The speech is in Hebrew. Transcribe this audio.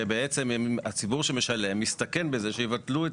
שבעצם הציבור שמשלם מסתכן בזה שיבטלו את